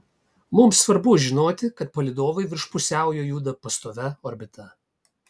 mums svarbu žinoti kad palydovai virš pusiaujo juda pastovia orbita